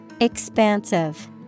Expansive